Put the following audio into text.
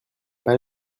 pas